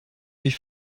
wie